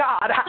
God